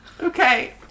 Okay